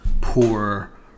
poor